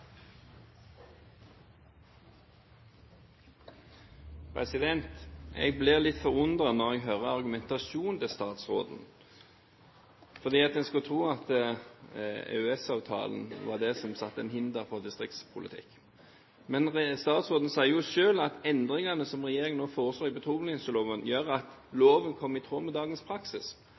Jeg blir litt forundret når jeg hører argumentasjonen til statsråden. For en skulle tro at EØS-avtalen var det som var et hinder for distriktspolitikk. Men statsråden sier jo selv at endringene som regjeringen nå foreslår i petroleumsloven, gjør at loven kommer i tråd med dagens praksis.